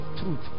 truth